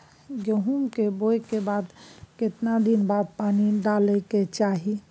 गेहूं के बोय के केतना दिन बाद पानी डालय के चाही?